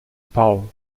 pau